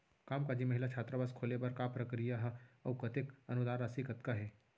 कामकाजी महिला छात्रावास खोले बर का प्रक्रिया ह अऊ कतेक अनुदान राशि कतका हे?